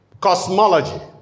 cosmology